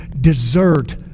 desert